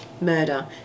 murder